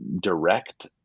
direct